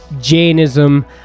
jainism